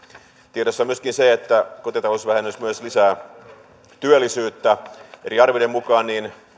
tiedossa on myöskin se että kotitalousvähennys myös lisää työllisyyttä eri arvioiden mukaan